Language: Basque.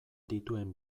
dituen